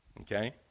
okay